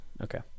okay